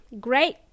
great